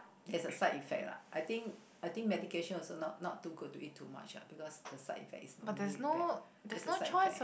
there's a side effect lah I think I think medication also not too good to eat too much lah because the side effect is really bad it's the side effect